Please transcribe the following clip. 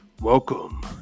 Welcome